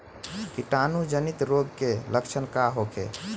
कीटाणु जनित रोग के लक्षण का होखे?